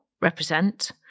represent